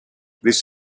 this